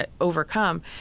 overcome